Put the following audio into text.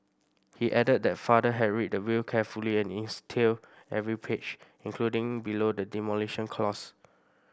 he added that father had read the will carefully and every page including below the demolition clause